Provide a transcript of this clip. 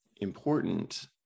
important